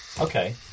Okay